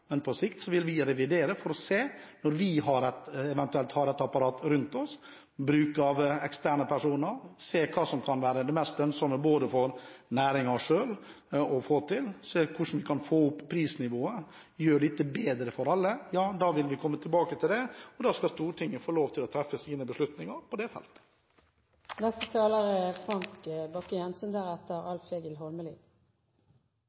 Men på sikt vil vi revidere for å se – når vi eventuelt har et apparat rundt oss og kan bruke eksterne personer – hva som vil være det mest lønnsomme for næringen selv, og se hvordan vi kan få opp prisnivået og gjøre dette bedre for alle. Da vil vi komme tilbake til dette, og da skal Stortinget få lov til å treffe sine beslutninger på det feltet. Replikkordskiftet er